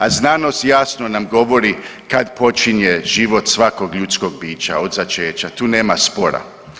A znanost jasno nam govori kad počinje život svakog ljudskog bića od začeća, tu nema spora.